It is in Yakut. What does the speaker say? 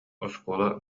оскуола